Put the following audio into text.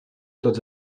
tots